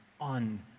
on